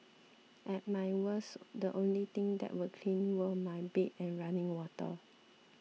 at my worst the only things that were clean were my bed and running water